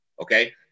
Okay